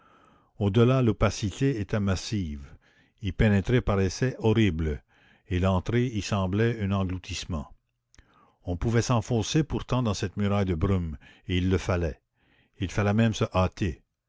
delà l'opacité était massive y pénétrer paraissait horrible et l'entrée y semblait un engloutissement on pouvait s'enfoncer pourtant dans cette muraille de brume et il le fallait il fallait même se hâter